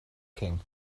king